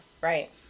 right